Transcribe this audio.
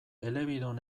elebidun